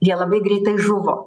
jie labai greitai žuvo